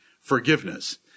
forgiveness